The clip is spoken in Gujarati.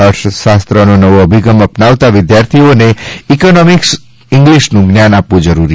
અર્થશાસ્ત્રનો નવો અભિગમ અપનાવતાં વિદ્યાર્થીઓને ઇકોનોમીક ઇંગ્લીશનું જ્ઞાન આપવું જરૂરી છે